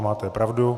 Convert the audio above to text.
Máte pravdu.